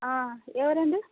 ఎవరండి